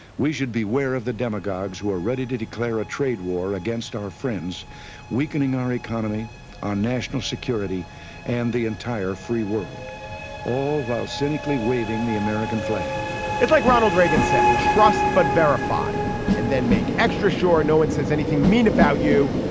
we should beware of the demagogues who are ready to declare a trade war against our friends weakening our economy our national security and the entire free world all while cynically waving the american flag it's like ronald reagan said trust but verify and then make extra sure no one says anything mean about you.